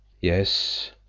Yes